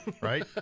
right